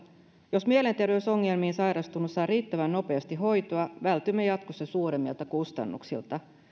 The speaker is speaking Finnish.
jos mielenterveysongelmiin sairastunut saa riittävän nopeasti hoitoa vältymme jatkossa suuremmilta kustannuksilta